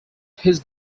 his